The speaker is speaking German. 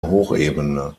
hochebene